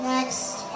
Next